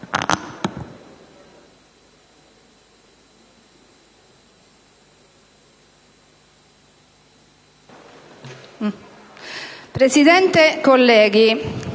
Presidente, colleghi,